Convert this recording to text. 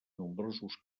nombrosos